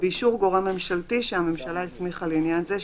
באישור גורם ממשלתי שהממשלה הסמיכה לעניין זה,